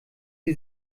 sie